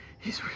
he's real.